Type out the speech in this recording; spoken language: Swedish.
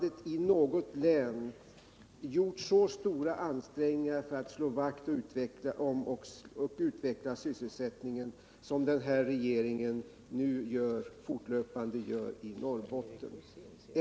Det har aldrig någonsin i det här landet gjorts så stora ansträngningar i något län för att slå vakt om och utveckla sysselsättningen som denna regering har gjort och fortlöpande gör i Norrbotten.